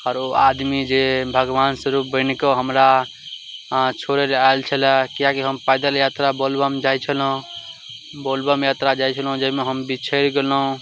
आओर ओ आदमी जे भगवान स्वरूप बनि कऽ हमरा छोड़ै लए आएल छलए किएकि हम पैदल यात्रा बोलबम जाइ छलहुॅं बोलबम यात्रा जाइ छलौ जइमे हम बिछैर गेलौ